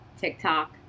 TikTok